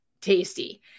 tasty